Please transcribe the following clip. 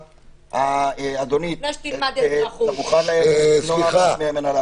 אדוני, אתה מוכן לשמור עליי?